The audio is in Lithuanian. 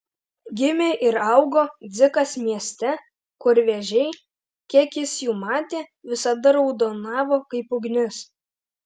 gimė ir augo dzikas mieste kur vėžiai kiek jis jų matė visada raudonavo kaip ugnis